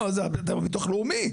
אתם הביטוח הלאומי.